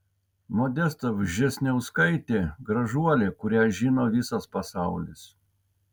modesta vžesniauskaitė gražuolė kurią žino visas pasaulis